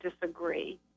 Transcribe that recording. disagree